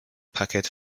packet